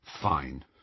Fine